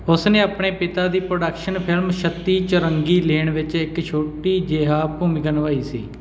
ਉਸ ਨੇ ਆਪਣੇ ਪਿਤਾ ਦੀ ਪ੍ਰੋਡਕਸ਼ਨ ਫ਼ਿਲਮ ਛੱਤੀ ਚੌਰੰਗੀ ਲੇਨ ਵਿੱਚ ਇੱਕ ਛੋਟੀ ਜਿਹੀ ਭੂਮਿਕਾ ਨਿਭਾਈ ਸੀ